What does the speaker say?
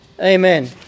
Amen